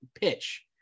pitch